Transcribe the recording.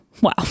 wow